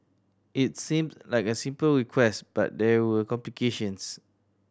it seemed like a simple request but there were complications